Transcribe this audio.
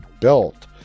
built